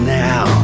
now